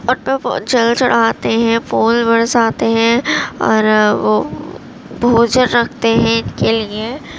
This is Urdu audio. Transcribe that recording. ان پہ پھول جل چڑھاتے ہیں پھول برساتے ہیں اور وہ بھوجن رکھتے ہیں ان کے لیے